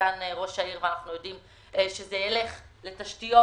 סגן ראש העיר ואנחנו יודעים שזה ילך לתשתיות,